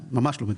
ממש לא מדויקת.